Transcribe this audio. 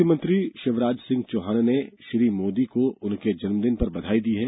मुख्यमंत्री शिवराज सिंह चौहान ने श्री मोदी को उनके जन्मदिन पर बधाई दी है